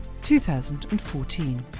2014